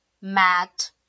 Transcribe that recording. MAT